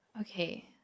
okay